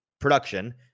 production